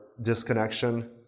disconnection